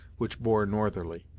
which bore northerly.